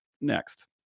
next